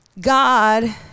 God